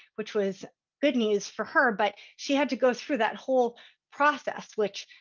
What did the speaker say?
which was good news for her. but she had to go through that whole process, which